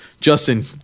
Justin